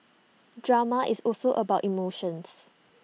drama is also about emotions